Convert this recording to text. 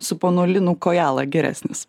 su ponu linu kojala geresnis